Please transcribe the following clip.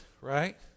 right